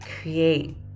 create